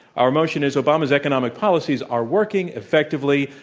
our motion is obama's economic policies are working effectively,